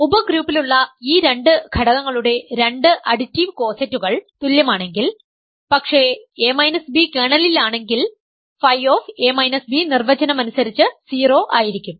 ഉപഗ്രൂപ്പിലുള്ള ഈ രണ്ട് ഘടകങ്ങളുടെ രണ്ട് അഡിറ്റീവ് കോസെറ്റുകൾ തുല്യമാണെങ്കിൽ പക്ഷേ a b കേർണലിലാണെങ്കിൽ ф നിർവചനമനുസരിച്ച് 0 ആയിരിക്കും